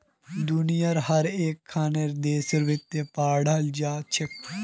दुनियार हर एकखन देशत वित्त पढ़ाल जा छेक